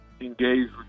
engaged